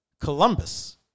Columbus